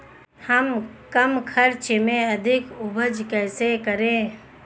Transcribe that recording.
हम कम खर्च में अधिक उपज कैसे करें?